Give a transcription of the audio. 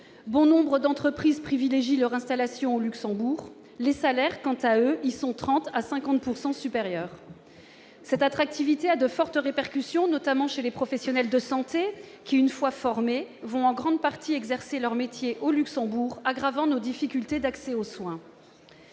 bon nombre d'entreprises privilégiant leur installation au Luxembourg. Quant aux salaires, ils y sont de 30 % à 50 % supérieurs. Cette attractivité a de fortes répercussions, notamment auprès des professionnels de santé, lesquels, une fois formés, vont en grande partie exercer leur métier au Luxembourg, aggravant nos difficultés d'accès aux soins.